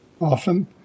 often